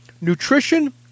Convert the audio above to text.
nutrition